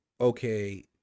okay